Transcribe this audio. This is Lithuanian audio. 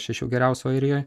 šešių geriausių airijoj